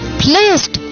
placed